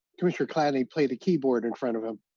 commissioner kladney play the keyboard in front of him?